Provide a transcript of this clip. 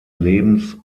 lebens